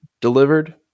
delivered